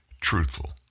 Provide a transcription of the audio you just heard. truthful